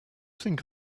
think